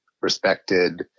respected